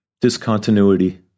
Discontinuity